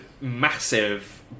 massive